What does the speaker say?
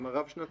עם הרב-שנתי.